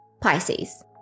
Pisces